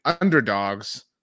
underdogs